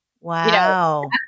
Wow